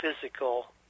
physical